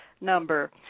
number